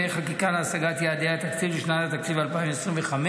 חקיקה להשגת יעדי התקציב לשנת התקציב 2025)